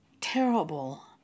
terrible